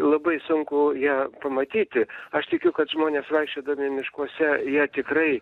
labai sunku ją pamatyti aš tikiu kad žmonės vaikščiodami miškuose jie tikrai